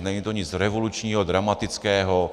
Není to nic revolučního, dramatického.